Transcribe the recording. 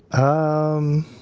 um,